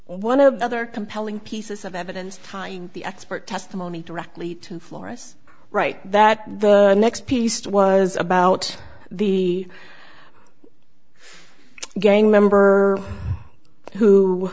the other compelling pieces of evidence tying the expert testimony directly to florus right that the next pieced was about the gang member who